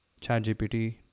ChatGPT